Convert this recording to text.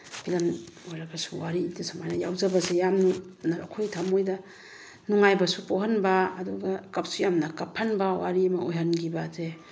film ꯑꯣꯏꯔꯕꯁꯨ ꯋꯥꯔꯤꯗ ꯁꯨꯃꯥꯏꯅ ꯌꯥꯎꯖꯕꯁꯦ ꯌꯥꯝꯅ ꯑꯩꯈꯣꯏꯒꯤ ꯊꯝꯃꯣꯏꯗ ꯅꯨꯡꯉꯥꯏꯕꯁꯨ ꯄꯣꯛꯍꯟꯕ ꯑꯗꯨꯒ ꯀꯞꯁꯨ ꯌꯥꯝꯅ ꯀꯞꯍꯟꯕ ꯋꯥꯔꯤ ꯑꯃ ꯑꯣꯏꯍꯟꯈꯤꯕꯁꯦ